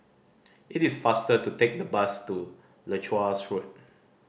it is faster to take the bus to Leuchars Road